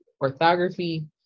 orthography